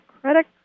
credit